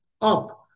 up